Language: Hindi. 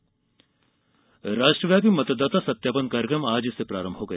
निर्वाचन आयोग राष्ट्रव्यापी मतदाता सत्यापन कार्यक्रम आज से प्रारंभ हो गया